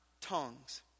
tongues